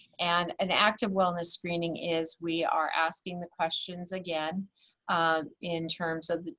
and an active wellness screening is we are asking the questions again in terms of,